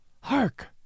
Hark